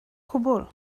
cwbl